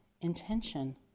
intention